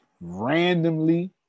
randomly